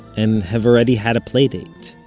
and have already had a playdate.